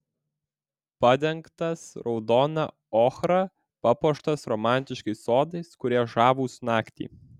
padengtas raudona ochra papuoštas romantiškais sodais kurie žavūs naktį